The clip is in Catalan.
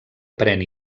pren